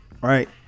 right